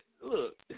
look